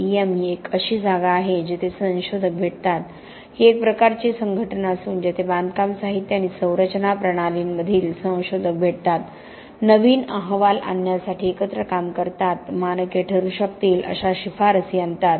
RILEM एक अशी जागा आहे जिथे संशोधक भेटतात ही एक प्रकारची संघटना असून जेथे बांधकाम साहित्य आणि संरचना प्रणालींमधील संशोधक भेटतात नवीन अहवाल आणण्यासाठी एकत्र काम करतात मानके ठरू शकतील अशा शिफारसी आणतात